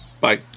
Bye